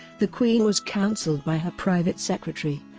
the queen was counselled by her private secretary,